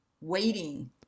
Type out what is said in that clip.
waiting